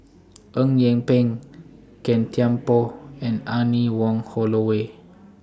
Eng Yee Peng Gan Thiam Poh and Anne Wong Holloway